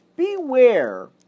Beware